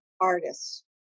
Artists